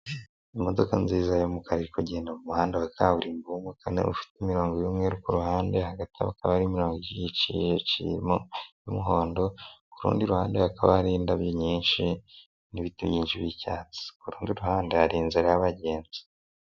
Imodoka nziza y'umukara iri ikagenda mu muhanda wa kaburimbo, kandi ifite imirongo y'umweru ku ruhande, hagati ikaba iciyemo umuhondo, ku rundi ruhande hakaba hari indabyo nyinshi n'ibiti byinshi by'icyatsi, ku ruhande hari inzira yabagenzi.